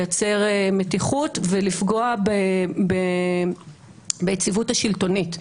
לייצר מתיחות ולפגוע ביציבות השלטונית.